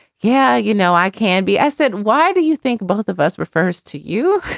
yeah, you know, i can be. i said, why do you think both of us refers to you?